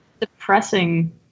Depressing